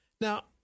Now